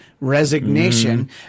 resignation